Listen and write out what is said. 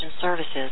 services